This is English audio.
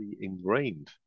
ingrained